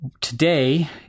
today